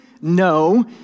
No